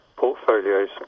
portfolios